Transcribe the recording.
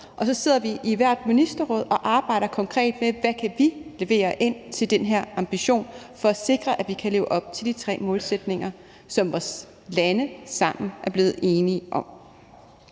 og så sidder vi i hvert ministerråd og arbejder konkret med, hvad vi kan levere til den her ambition for at sikre, at vi kan leve op til de tre målsætninger, som vores lande sammen er blevet enige om.